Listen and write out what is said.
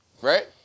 Right